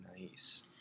nice